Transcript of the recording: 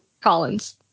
Collins